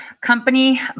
Company